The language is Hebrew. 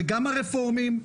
גם הרפורמים,